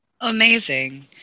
amazing